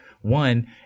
One